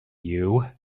you